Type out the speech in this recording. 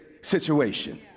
situation